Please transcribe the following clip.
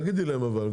תגידי להם אבל,